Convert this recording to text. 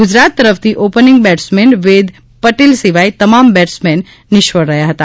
ગુજરાત તરફથી opening batsman Ved Patel સિવાય તમામ બેટ્સમેન નિષ્ફળ રહ્યા હતા